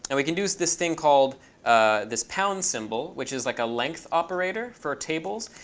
and we can use this thing called this pound symbol, which is like a length operator for tables.